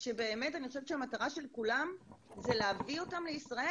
אני חושבת שהמטרה של כולם היא להביא אותם לישראל.